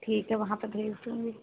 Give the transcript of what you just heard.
ठीक है वहाँ पर भेज दूँगी